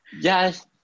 yes